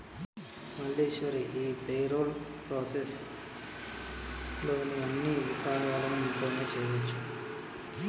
మల్లీశ్వరి ఈ payroll process లోని అన్ని విపాయాలను ఇంట్లోనే చేయొచ్చు